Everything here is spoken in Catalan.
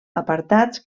apartats